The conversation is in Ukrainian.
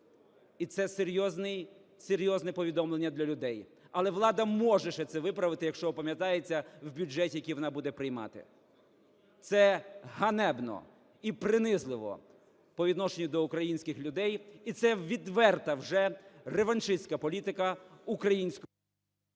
І це серйозне повідомлення для людей. Але влада може ще це виправити, якщо опам'ятається, в бюджеті, який вона буде приймати. Це ганебно і принизливо по відношенню до українських людей і це відверта вже реваншистська політика… ГОЛОВУЮЧИЙ.